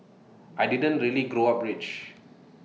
I didn't really grow up rich